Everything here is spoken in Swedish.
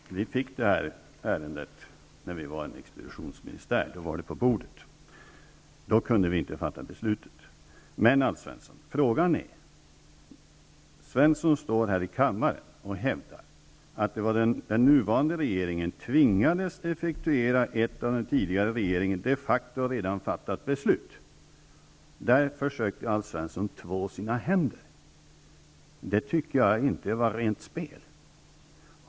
Fru talman! Vi fick det här ärendet på bordet när vi var en expeditionsministär, och då kunde vi inte fatta beslutet. Alf Svensson står här i kammaren och hävdar att den nuvarande regeringen ''tvingades att effektuera ett av den tidigare regeringen de facto redan fattat beslut''. Där försökte Alf Svensson två sina händer. Det tycker jag inte var rent spel.